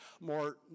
more